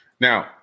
now